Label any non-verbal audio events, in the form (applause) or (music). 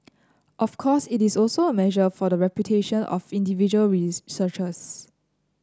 of course it is also a measure for the reputation of individual (unintelligible)